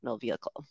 vehicle